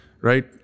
right